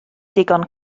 digon